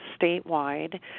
statewide